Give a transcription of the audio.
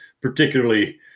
particularly